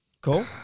Cool